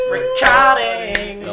Recording